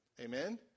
Amen